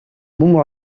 мөн